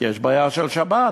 כי יש בעיה של שבת.